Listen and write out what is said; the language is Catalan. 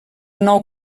nou